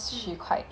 mm